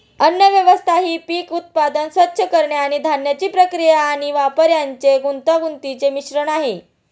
अन्नव्यवस्था ही पीक उत्पादन, स्वच्छ करणे आणि धान्याची प्रक्रिया आणि वापर यांचे गुंतागुंतीचे मिश्रण आहे